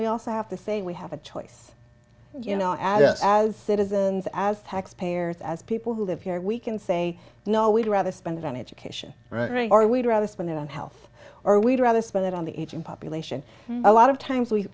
we also have to say we have a choice you know as well as citizens as taxpayers as people who live here we can say no we'd rather spend it on education right or we'd rather spend it on health or we'd rather spend it on the aging population a lot of times we